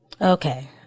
Okay